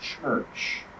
church